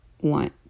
want